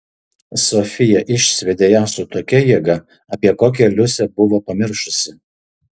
sofija išsviedė ją su tokia jėga apie kokią liusė buvo pamiršusi